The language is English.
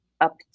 up